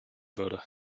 würde